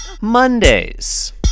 Mondays